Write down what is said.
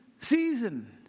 season